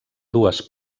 dues